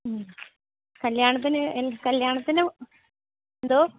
മ്മ് കല്യാണത്തിന് ഇനി കല്യാണത്തിന് എന്തോ